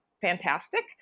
fantastic